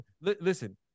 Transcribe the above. Listen